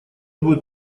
будет